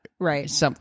Right